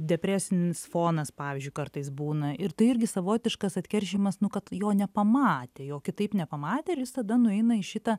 depresinis fonas pavyzdžiui kartais būna ir tai irgi savotiškas atkeršijimas nu kad jo nepamatė jo kitaip nepamatė ir jis tada nueina į šitą